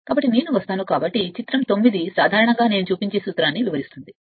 కాబట్టి నేను వస్తాను కాబట్టి చిత్రం 9 సాధారణంగా నేను చూపించే సూత్రాన్ని వివరిస్తుంది